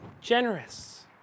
generous